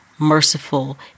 Merciful